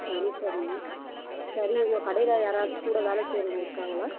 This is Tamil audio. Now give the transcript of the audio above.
சரி சரி சரி உங்க கடையில் யாராச்சும் கூட வேலை செய்யுறவங்க இருக்காங்களா